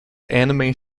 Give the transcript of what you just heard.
anime